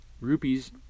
rupees